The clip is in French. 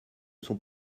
sont